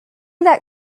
that